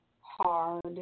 hard